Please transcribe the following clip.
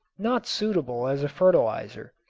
not suitable as a fertilizer.